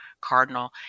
cardinal